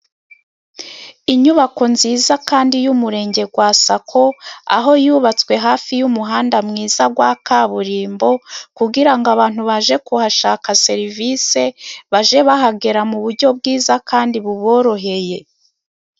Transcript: Inyubako nziza kandi y'umurenge wa sako ,aho yubatswe hafi y'umuhanda mwiza wa kaburimbo, kugira ngo abantu baje kuhashaka serivisi bajye bahagera mu buryo bwiza kandi buboroheye.